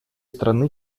стороны